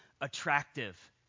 attractive